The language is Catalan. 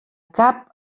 cap